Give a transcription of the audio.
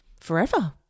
forever